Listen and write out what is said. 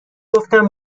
گفتم